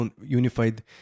unified